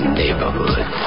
neighborhood